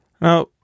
Now